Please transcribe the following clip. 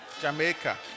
Jamaica